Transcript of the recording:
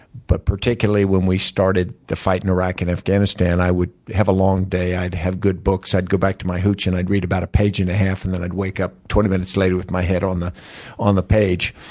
but particularly when we started the fight in iraq and afghanistan, i would have a long day. i'd have good books. i'd go back to my hooch and i'd read about a page and a half, and then i'd wake up twenty minutes later with my head on the on the page.